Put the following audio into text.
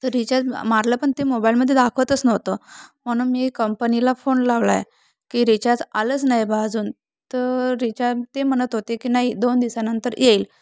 तर रिचार्ज मारलं पण ते मोबाईलमध्ये दाखवतच नव्हतं म्हणून मी कंपनीला फोन लावलाय की रिचार्ज आलंच नाय बा अजून तर रिचार्ज ते म्हणत होते की नाही दोन दिवसानंतर येईल